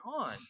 on